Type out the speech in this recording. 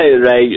Right